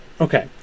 Okay